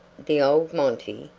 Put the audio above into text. the old monty?